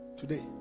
today